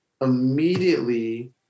immediately